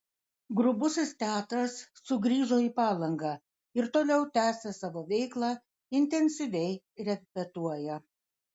grubusis teatras sugrįžo į palangą ir toliau tęsią savo veiklą intensyviai repetuoja